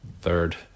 third